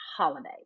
Holiday